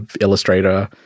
illustrator